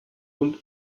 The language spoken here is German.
und